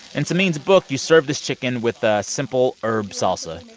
in samin's book, you serve this chicken with a simple herb salsa.